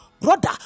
Brother